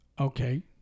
Okay